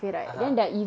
(uh huh)